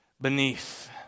beneath